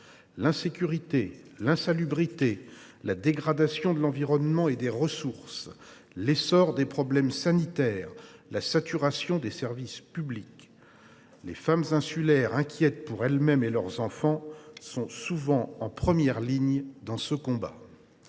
l’insécurité, l’insalubrité, la dégradation de l’environnement et des ressources, l’aggravation des problèmes sanitaires ou encore la saturation des services publics. Les femmes, inquiètes pour elles mêmes comme pour leurs enfants, sont souvent en première ligne dans ce combat.